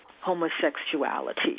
homosexuality